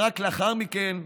ורק לאחר מכן,